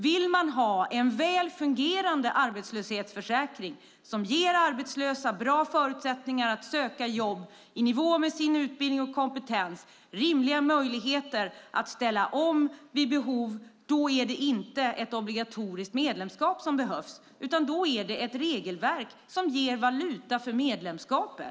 Vill man ha en väl fungerande arbetslöshetsförsäkring, som ger arbetslösa bra förutsättningar att söka jobb i nivå med deras utbildning och kompetens samt rimliga möjligheter att ställa om vid behov, då är det inte ett obligatoriskt medlemskap som behövs utan ett regelverk som ger valuta för medlemskapet.